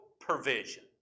provision